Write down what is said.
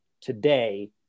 today